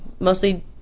Mostly